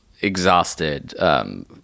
exhausted